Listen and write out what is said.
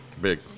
big